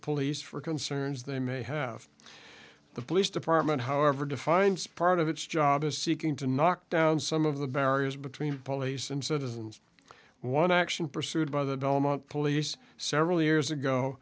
police for concerns they may have the police department however defines part of its job as seeking to knock down some of the barriers between police and citizens one action pursued by the belmont police several years ago